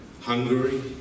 Hungary